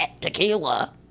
tequila